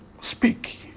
speak